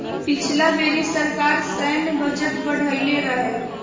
पिछला बेरी सरकार सैन्य बजट बढ़इले रहे